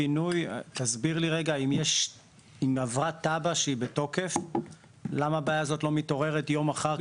אם עברה תב"א שהיא בתוקף למה הבעיה הזאת לא מתעוררת יום אחר